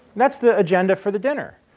that's the agenda for the dinner.